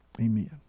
Amen